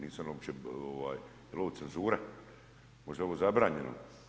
Nisam uopće, jel' ovo cenzura, možda je ovo zabranjeno.